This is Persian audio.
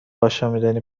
آشامیدنی